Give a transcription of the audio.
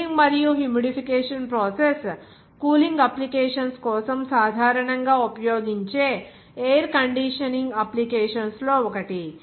cooling మరియు humidification process cooling applications కోసం సాధారణంగా ఉపయోగించే ఎయిర్ కండిషనింగ్ అప్లికేషన్స్ లో ఒకటి